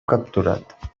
capturat